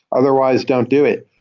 otherwise don't do it.